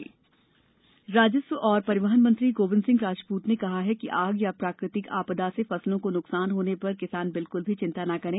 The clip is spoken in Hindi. किसान मुआवजा राजस्व एवं परिवहन मंत्री गोविंद सिंह राजपूत ने कहा है कि आग या प्राकृतिक आपदा से फसलों को नुकसान होने पर किसान बिल्कुल भी चिंता न करें